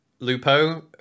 Lupo